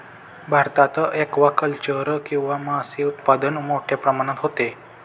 भारतात ॲक्वाकल्चर किंवा मासे उत्पादन मोठ्या प्रमाणात होते